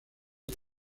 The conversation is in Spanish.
esa